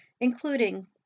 including